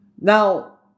Now